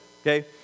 okay